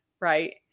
Right